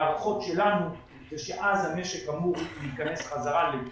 ההערכות שלנו הן שאז המשק אמור להיכנס בחזרה ל-....